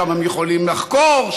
שם הם יכולים לחקור,